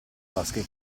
vasche